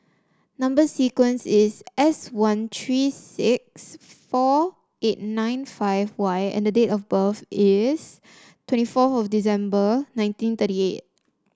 number sequence is S one three six four eight nine five Y and the date of birth is twenty four of December nineteen thirty eight